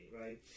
right